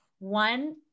one